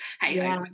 hey